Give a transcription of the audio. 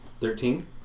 Thirteen